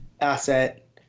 asset